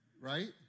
Right